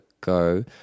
go